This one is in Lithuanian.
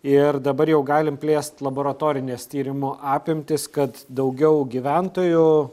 ir dabar jau galim plėst laboratorines tyrimo apimtis kad daugiau gyventojų